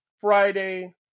Friday